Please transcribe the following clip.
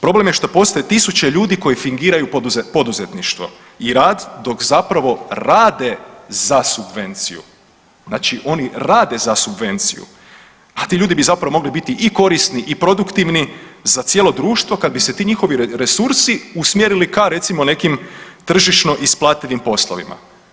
Problem je što postoje tisuće ljudi koji fingiraju poduzetništvo i rad dok zapravo rade za subvenciju, znači oni rade za subvenciju, a ti ljudi bi zapravo mogli biti i korisni i produktivni za cijelo društvo kad bi se ti njihovi resursi usmjerili ka recimo nekim tržišno isplativim poslovima.